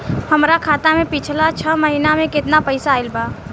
हमरा खाता मे पिछला छह महीना मे केतना पैसा आईल बा?